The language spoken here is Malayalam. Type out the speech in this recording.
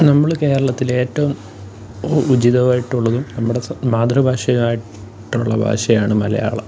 നമ്മൾ കേരളത്തിൽ ഏറ്റവും ഉചിതമായിട്ടുള്ളതും നമ്മുടെ മാതൃഭാഷയായിട്ടുമുള്ള ഭാഷയാണ് മലയാളം